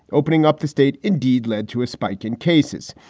opening up the state indeed led to a spike in cases.